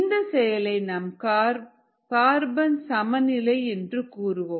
இந்த செயலை நாம் கார்பன் சமநிலை என்று கூறுவோம்